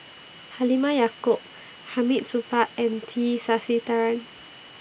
Halimah Yacob Hamid Supaat and T Sasitharan